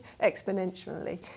exponentially